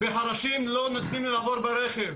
בחורשים לא נותנים להם לעבור ברכב,